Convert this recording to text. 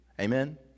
Amen